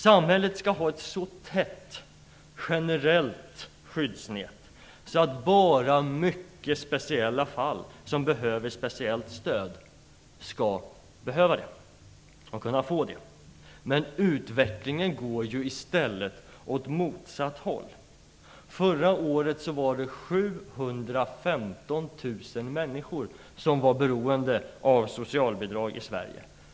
Samhället skall ha ett så tätt generellt skyddsnät att bara mycket speciella fall, som behöver speciellt stöd, skall kunna få det. Men utvecklingen går ju i stället åt motsatt håll. Förra året var det 715 000 människor som var beroende av socialbidrag i Sverige.